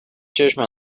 چشم